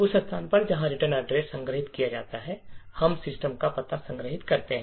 उस स्थान पर जहां रिटर्न पता संग्रहीत किया जाता है हम सिस्टम का पता संग्रहीत करते हैं